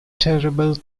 terrible